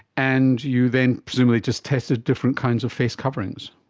and you then presumably just tested different kinds of face coverings.